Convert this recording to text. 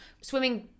swimming